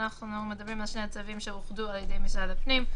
אנחנו מדברים על שני צווים שאוחדו על-ידי משרד הפנים,